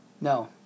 No